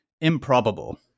improbable